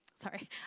sorry